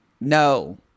No